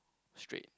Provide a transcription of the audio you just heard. straight